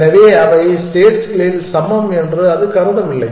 எனவே அவை ஸ்டேட்ஸ்களில் சமம் என்று அது கருதவில்லை